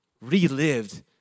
relived